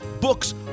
books